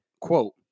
quote